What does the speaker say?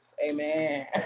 Amen